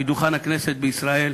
מדוכן הכנסת בישראל,